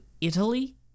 Italy